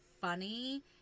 funny